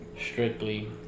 Strictly